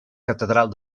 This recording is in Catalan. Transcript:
catedral